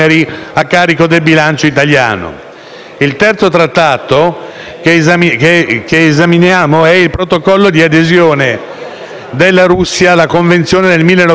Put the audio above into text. Il terzo trattato al nostro esame è il Protocollo di adesione della Russia alla Convenzione del 1988 sul laboratorio europeo